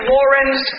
Warrens